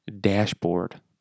dashboard